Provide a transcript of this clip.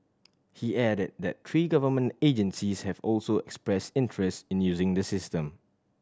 he added that three government agencies have also expressed interest in using the system